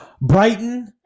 Brighton